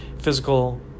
physical